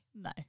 No